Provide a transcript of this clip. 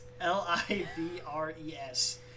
L-I-V-R-E-S